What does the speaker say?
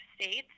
states